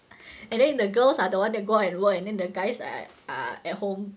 and then the girls are the ones that go out and work and then the guys are are at home